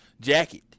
jacket